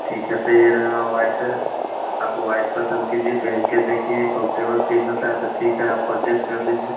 ठीक है तो ये रहा व्हाइट आप व्हाइट पसंद कीजिए पहनके देखिए कम्फ़्टबल फ़ील होता है तो ठीक है आप परचेस कर लीजिए